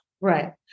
Right